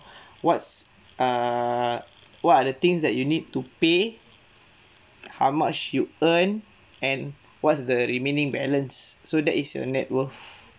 what's err what are the things that you need to pay like how much you earn and what's the remaining balance so that is your net worth